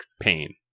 pain